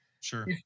Sure